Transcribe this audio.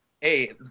Hey